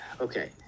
Okay